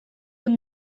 den